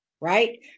right